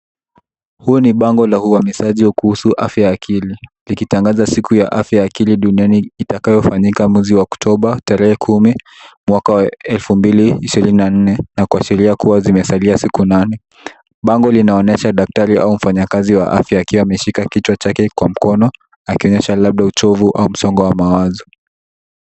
Huu ni bango la uhamisaji kuhusu afya ya akili. Likitangaza siku ya afya ya akili duniani itakayofanyika mwezi wa oktoba, tarehe kumi, mwaka wa elfu mbili ishirini na nne na kuashiria kuwa zimesalia siku nane. Bango linaonyesha daktari au mfanyikazi wa afya akiwa ameshika kichwa chake kwa mkono, akionyesha labda uchofu au msongo wa mawazo.